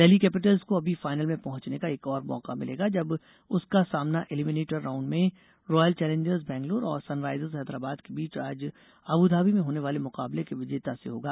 Delhi capitals को अभी final में पहुंचने का एक और मौका मिलेगा जब उसका सामना इलिमिनेटर राउंड में रॉयल चैलेन्जर्स बैंगलोर और सनराइजर्स हैदराबाद के बीच आज अबधाबी में होने वाले मुकाबले के विजेता से होगा